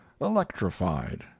electrified